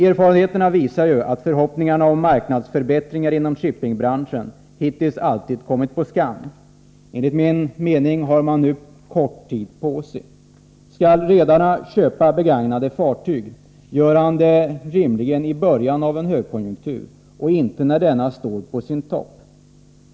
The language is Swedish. Erfarenheterna visar att förhoppningarna om marknadsförbättringar inom shippingbranschen hittills alltid har kommit på skam. Enligt min mening har man nu kort tid på sig. Skall redaren köpa begagnade fartyg, gör han det rimligen i början av en högkonjunktur och inte när denna står på sin topp.